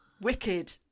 wicked